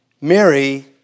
Mary